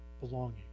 belonging